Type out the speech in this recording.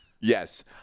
Yes